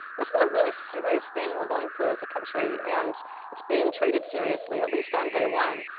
this is a really serious thing we're going through as a country, and it's being treated seriously, at least on day one.